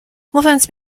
mówiąc